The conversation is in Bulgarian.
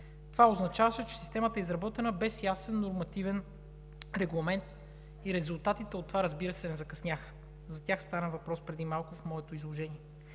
Това означаваше, че системата е изработена без ясен нормативен регламент и резултатите от това, разбира се, не закъсняха. За тях стана въпрос преди малко в моето изложение.